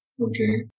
Okay